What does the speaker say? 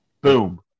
Boom